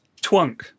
Twunk